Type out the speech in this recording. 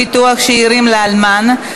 ביטוח שאירים לאלמן),